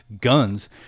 guns